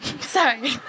Sorry